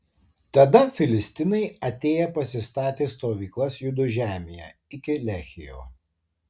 tada filistinai atėję pasistatė stovyklas judo žemėje iki lehio